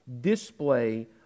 display